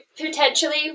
potentially